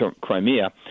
Crimea